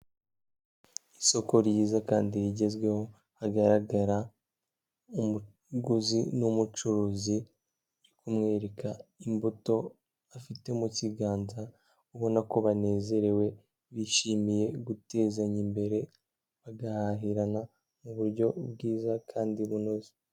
Isoko ryiza kandi rigezweho hagaragara umuguzi n'umucuruzi uri kumwereka imbuto afite mu kiganza ubona ko banezerewe, bishimiye gutezanya imbere bagahahirana mu buryo bwiza kandi bunoze.